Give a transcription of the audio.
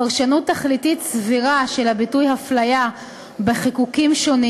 פרשנות תכליתית סבירה של הביטוי הפליה בחיקוקים שונים